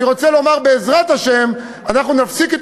אני רוצה לומר שבעזרת השם אנחנו נפסיק את